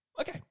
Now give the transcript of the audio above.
Okay